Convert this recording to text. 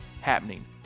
happening